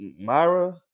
Myra